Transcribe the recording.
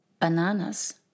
bananas